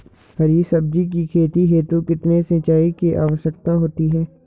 हरी सब्जी की खेती हेतु कितने सिंचाई की आवश्यकता होती है?